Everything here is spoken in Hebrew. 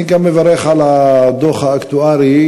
אני גם מברך על הדוח האקטוארי.